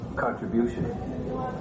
contribution